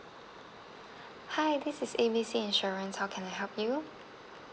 hi this is A B C insurance how can I help you